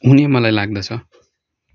हुने मलाई लाग्दछ